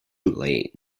late